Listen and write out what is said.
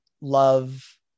love